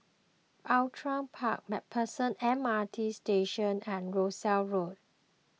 Outram Park MacPherson M R T Station and Rosyth Road